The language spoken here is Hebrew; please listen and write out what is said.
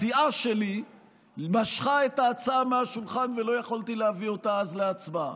הסיעה שלי משכה את ההצעה מהשולחן ולא יכולתי להביא אותה להצבעה.